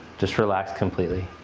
just relax completely.